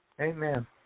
Amen